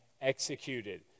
executed